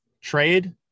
Trade